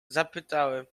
zapytałem